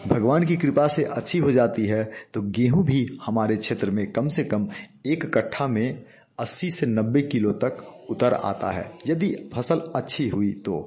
भगवान की कृपा से अच्छी हो जाती है तो गेहूँ भी हमारे क्षेत्र में कम से कम एक कट्ठा में अस्सी से नब्बे किलो तक उतर आता है यदि फसल अच्छी हुई तो